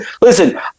listen